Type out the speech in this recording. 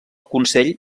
consell